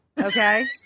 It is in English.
Okay